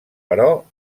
però